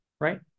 right